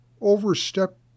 overstep